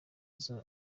izo